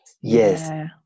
Yes